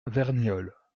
verniolle